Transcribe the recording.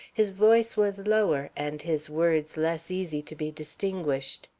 his voice was lower and his words less easy to be distinguished.